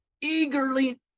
eagerly